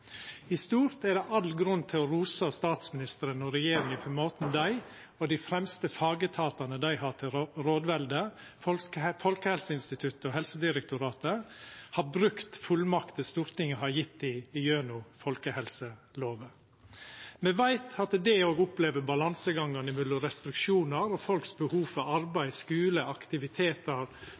I stort er det all grunn til å rosa statsministeren og regjeringa for måten dei og dei fremste fagetatane dei har til rådvelde, Folkehelseinstituttet og Helsedirektoratet, har brukt fullmaktene Stortinget har gjeve dei gjennom folkehelselova, på. Me veit at dei òg opplever balansegangen mellom restriksjonar og folks behov for arbeid, skule, aktivitetar,